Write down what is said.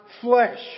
flesh